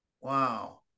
Wow